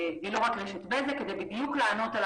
זה בדיוק כדי לענות על